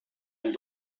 und